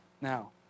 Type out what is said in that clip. Now